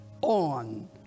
on